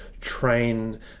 train